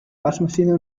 waschmaschine